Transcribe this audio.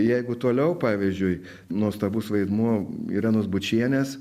jeigu toliau pavyzdžiui nuostabus vaidmuo irenos bučienės